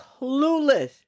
clueless